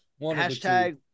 Hashtag